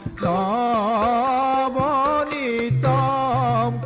ah um da da da